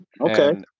okay